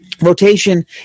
rotation